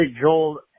Joel